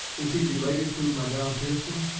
is he related to madame pierson?